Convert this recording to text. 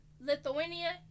Lithuania